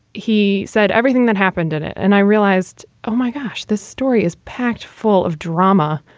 he said everything that happened in it. and i realized, oh, my gosh, this story is packed full of drama.